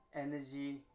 energy